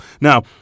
Now